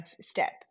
step